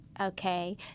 okay